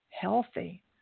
healthy